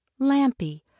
Lampy